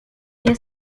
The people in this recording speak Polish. nie